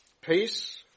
Peace